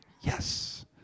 yes